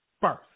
First